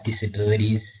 disabilities